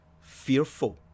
fearful